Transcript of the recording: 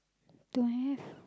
don't have